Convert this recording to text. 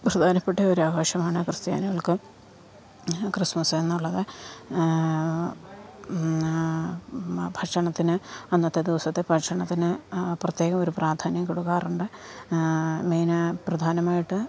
പ്രധാനപ്പെട്ട ഒരു ആഘോഷമാണ് ക്രിസ്ത്യാനികൾക്ക് ക്രിസ്മസ് എന്നുള്ളത് ഭക്ഷണത്തിന് അന്നത്തെ ദിവസത്തെ ഭക്ഷണത്തിന് പ്രത്യേക ഒരു പ്രാധാന്യം കൊടുക്കാറുണ്ട് മെയിനായിട്ട് പ്രധാനമായിട്ട്